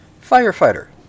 Firefighter